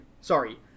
sorry